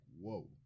whoa